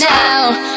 now